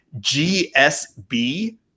GSB